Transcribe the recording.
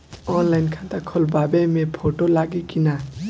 Online खाता खोलबाबे मे फोटो लागि कि ना?